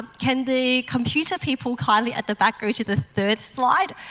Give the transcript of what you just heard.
can the computer people kindly at the back go to the third slide